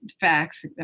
Facts